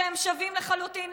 כשהם שווים לחלוטין,